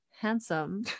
handsome